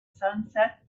sunset